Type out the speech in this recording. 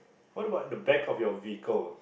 what about the back of your vehicle